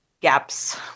gaps